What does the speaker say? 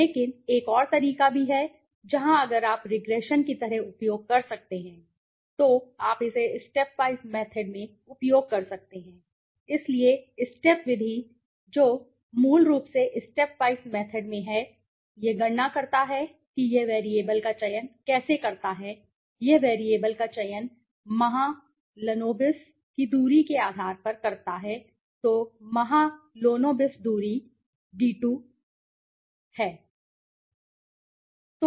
लेकिन एक और तरीका भी है जहां अगर आप रिग्रेशन की तरह उपयोग कर सकते हैं तो आप इसे स्टेप वाइज मेथड में उपयोग कर सकते हैं इसलिए स्टेप विधि जो यह मूल रूप से स्टेप वाइज मेथड में है यह गणना करता है कि यह वैरिएबल का चयन कैसे करता है यह वैरिएबल का चयन महालनोबिस की दूरी के आधार पर करता है तो महालोनोबिस दूरी D2 हम D2 कहते हैं